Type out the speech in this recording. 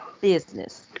business